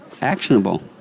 actionable